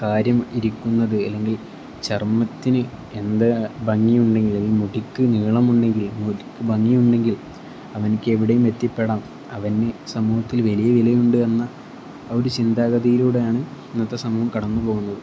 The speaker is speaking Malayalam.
കാര്യം ഇരിക്കുന്നത് അല്ലെങ്കിൽ ചർമ്മത്തിന് എന്ത് ഭംഗിയുണ്ടെങ്കിൽ അല്ലെങ്കിൽ മുടിക്ക് നീളമുണ്ടെങ്കിൽ മുടിക്ക് ഭംഗിയുണ്ടെങ്കിൽ അവനിക്ക് എവിടെയും എത്തിപ്പെടാം അവന് സമൂഹത്തിൽ വലിയ വിലയുണ്ട് എന്ന ഒരു ചിന്താഗതിയിലൂടെയാണ് ഇന്നത്തെ സമൂഹം കടന്നു പോകുന്നത്